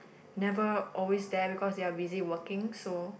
never always there because they were busy working so